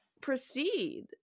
proceed